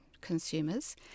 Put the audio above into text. consumers